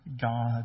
God